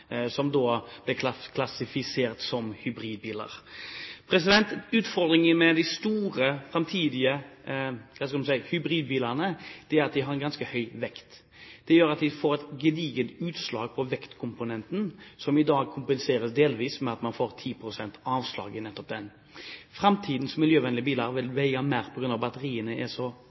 klassifisert som hybridbiler. Utfordringene med de store, framtidige hybridbilene er at de har en ganske høy vekt. Det gjør at de får et gedigent utslag på vektkomponenten, som i dag kompenseres delvis ved at en får 10 pst. avslag. Framtidens miljøvennlige biler vil veie mer på grunn av at batteriene er så